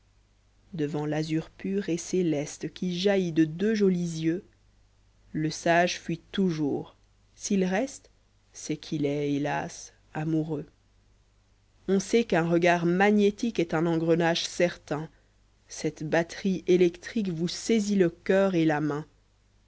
devant l'azur pur et céleste qui jaillit de deux jolis yeux le sage fuit toujours s'il reste c'est qu'il est hélas i amoureux on sait qu'un regard magnétique est un engrenage certain celte batterie électrique vous saisit le coeur et la main